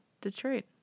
detroit